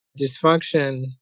dysfunction